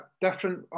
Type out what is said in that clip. different